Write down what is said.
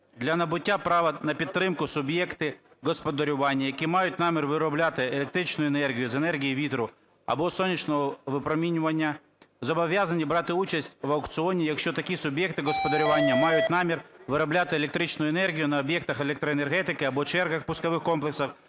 "Для набуття права на підтримку суб'єкти господарювання, які мають намір виробляти електричну енергію з енергії вітру або сонячного випромінювання, зобов'язані брати участь в аукціоні, якщо такі суб'єкти господарювання мають намір виробляти електричну енергію на об'єктах електроенергетики або чергах (пускових комплексах)